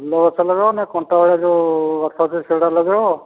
ଫୁଲ ଗଛ ଲଗେଇବ ନା କଣ୍ଟା ଭଳିଆ ଯେଉଁ ଗଛ ଅଛି ସେଇଟା ଲଗେଇବ